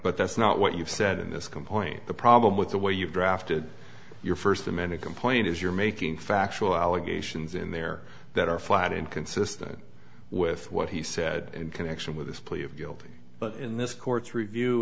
but that's not what you've said in this complaint the problem with the way you've drafted your first amended complaint is you're making factual allegations in there that are flat inconsistent with what he said in connection with this plea of guilty but in this court's review